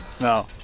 no